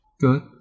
good